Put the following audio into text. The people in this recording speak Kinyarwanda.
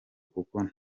kuko